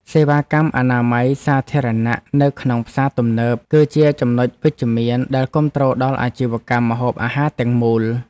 សេវាកម្មអនាម័យសាធារណៈនៅក្នុងផ្សារទំនើប គឺជាចំណុចវិជ្ជមានដែលគាំទ្រដល់អាជីវកម្មម្ហូបអាហារទាំងមូល។